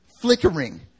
flickering